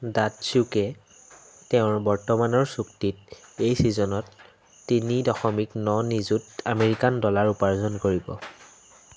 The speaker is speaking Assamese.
ডাটচ্যুকে তেওঁৰ বৰ্তমানৰ চুক্তিত এই ছিজনত তিনি দশমিক ন নিযুত আমেৰিকান ডলাৰ উপাৰ্জন কৰিব